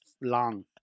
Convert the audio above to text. long